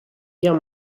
guerre